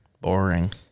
Boring